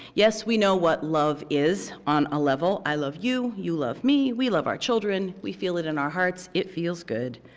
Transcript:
yes we know what love is, on a level. i love you. you love me. we love our children. we feel it in our hearts. it feels good.